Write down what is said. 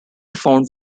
found